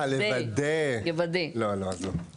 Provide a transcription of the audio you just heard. לא, לא, אז לא.